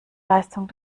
leistung